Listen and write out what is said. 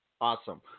Awesome